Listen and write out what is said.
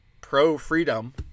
pro-freedom